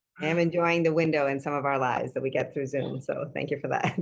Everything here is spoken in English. i'm enjoying the window in some of our lives that we get through zoom, so thank you, for that?